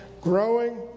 growing